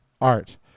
art